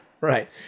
Right